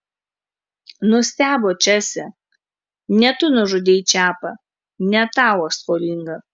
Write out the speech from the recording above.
nustebo česė ne tu nužudei čepą ne tau aš skolinga